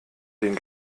den